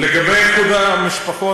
לגבי איחוד משפחות,